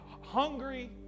hungry